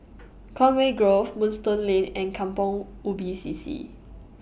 Conway Grove Moonstone Lane and Kampong Ubi C C